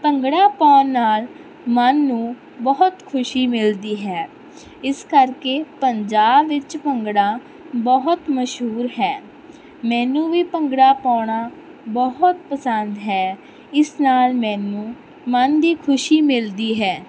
ਭੰਗੜਾ ਪਾਉਣ ਨਾਲ ਮਨ ਨੂੰ ਬਹੁਤ ਖੁਸ਼ੀ ਮਿਲਦੀ ਹੈ ਇਸ ਕਰਕੇ ਪੰਜਾਬ ਵਿੱਚ ਭੰਗੜਾ ਬਹੁਤ ਮਸ਼ਹੂਰ ਹੈ ਮੈਨੂੰ ਵੀ ਭੰਗੜਾ ਪਾਉਣਾ ਬਹੁਤ ਪਸੰਦ ਹੈ ਇਸ ਨਾਲ ਮੈਨੂੰ ਮਨ ਦੀ ਖੁਸ਼ੀ ਮਿਲਦੀ ਹੈ